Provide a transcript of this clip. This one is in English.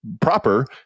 proper